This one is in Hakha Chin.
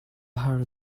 har